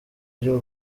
ry’u